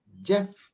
Jeff